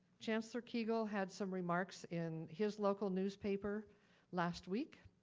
chancellor kegel had some remarks in his local newspaper last week.